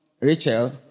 Rachel